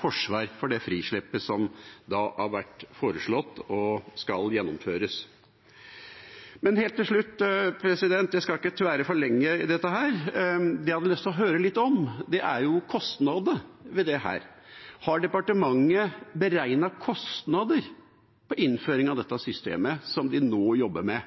forsvar for det frislippet som har vært foreslått, og som skal gjennomføres, skal bli lagt merke til. Jeg skal ikke tvære for lenge på dette, men helt til slutt: Det jeg har lyst å høre litt om, er kostnadene ved dette. Har departementet beregnet kostnadene ved innføringen av dette systemet man nå jobber med?